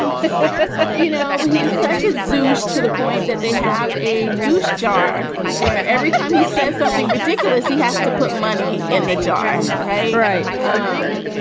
um you know, he is such a douche to the point that they have a douche jar where every time he says something ridiculous, he has to put money in the jar. right. right um